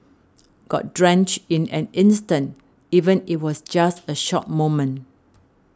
got drenched in an instant even it was just a short moment